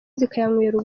zikayanywera